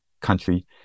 country